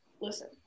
listen